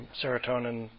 serotonin